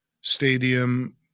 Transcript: stadium